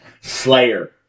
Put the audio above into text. Slayer